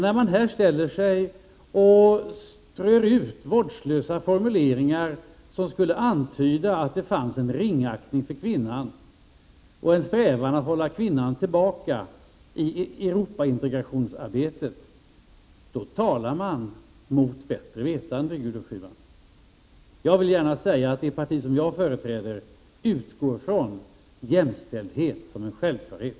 När man här strör ut vårdslösa formuleringar, som skulle antyda att det fanns en ringaktning för kvinnan och en strävan att hålla kvinnan tillbaka i Europaintregrationsarbetet, talar man mot bättre vetande, Gudrun Schyman. Det parti som jag företräder utgår från jämställdhet som en självklarhet.